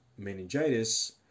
meningitis